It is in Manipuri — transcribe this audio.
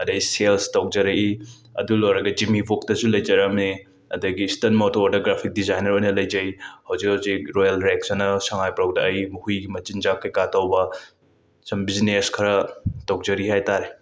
ꯑꯗꯩ ꯁꯦꯜꯁ ꯇꯧꯖꯔꯛꯏ ꯑꯗꯨ ꯂꯣꯏꯔꯒ ꯖꯤꯝ ꯏꯕꯣꯛꯇꯁꯨ ꯂꯩꯖꯔꯝꯃꯦ ꯑꯗꯒꯤ ꯏꯁꯇꯔꯟ ꯃꯣꯇꯣꯔꯗ ꯒ꯭ꯔꯐꯤꯛ ꯗꯤꯖꯥꯏꯅꯔ ꯑꯣꯏꯅ ꯂꯩꯖꯩ ꯍꯧꯖꯤꯛ ꯍꯧꯖꯤꯛ ꯔꯣꯌꯦꯜꯔꯦꯛꯁ ꯍꯥꯏꯅ ꯁꯉꯥꯏꯄ꯭ꯔꯧꯗ ꯑꯩ ꯍꯨꯏꯒꯤ ꯃꯆꯤꯟꯖꯥꯛ ꯀꯩꯀꯥ ꯇꯧꯕ ꯁꯝ ꯕꯤꯖꯤꯅꯦꯁ ꯈꯔ ꯇꯧꯖꯔꯤ ꯍꯥꯏꯇꯥꯔꯦ